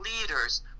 leaders